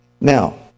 Now